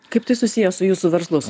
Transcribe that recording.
kaip tai susiję su jūsų verslu